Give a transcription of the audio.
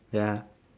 ya